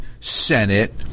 Senate